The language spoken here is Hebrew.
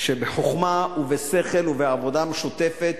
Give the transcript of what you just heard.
שבחוכמה ובשכל ובעבודה משותפת